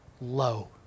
low